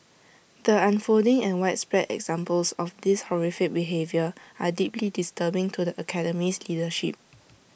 the unfolding and widespread examples of this horrific behaviour are deeply disturbing to the Academy's leadership